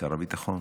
שר הביטחון